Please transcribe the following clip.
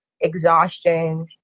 exhaustion